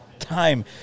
time